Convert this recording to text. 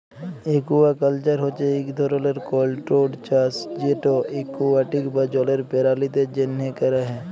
aquaculture হছে ইক ধরলের কল্ট্রোল্ড চাষ যেট একুয়াটিক বা জলের পেরালিদের জ্যনহে ক্যরা হ্যয়